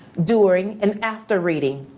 during, and after reading.